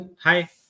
Hi